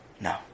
No